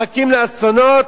מחכים לאסונות?